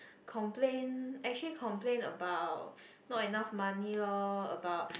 complain actually complain about not enough money lor about